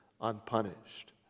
unpunished